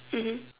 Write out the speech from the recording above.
mmhmm